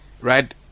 right